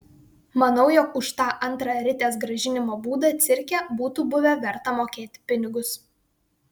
manau jog už tą antrą ritės grąžinimo būdą cirke būtų buvę verta mokėti pinigus